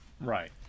right